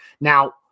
Now